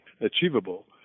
achievable